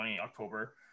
October